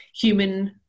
human